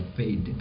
paid